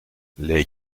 les